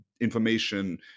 information